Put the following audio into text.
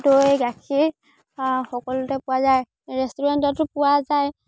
দৈ গাখীৰ সকলোতে পোৱা যায় ৰেষ্টুৰেণ্টতো পোৱা যায়